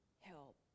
help